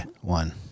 one